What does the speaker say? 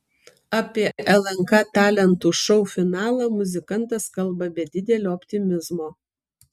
apie lnk talentų šou finalą muzikantas kalba be didelio optimizmo